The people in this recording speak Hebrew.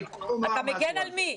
אתה מגן על מי?